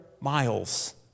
miles